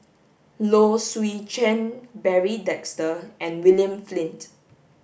Low Swee Chen Barry Desker and William Flint